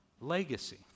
legacy